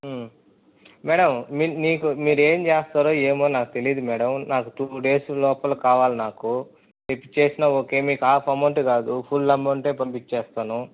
madam మీకు మీరేమి చేస్తారో ఏమో నాకు తెలీదు మేడం నాకు టూ డేస్ లోపల కావాలి నాకు ఫిక్స్ చేసినా ఓకే మీకు హాఫ్ అమౌంటే కాదు ఫుల్ అమౌంటే పంపించేస్తాను